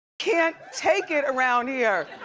can't take it around here.